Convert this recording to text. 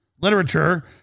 literature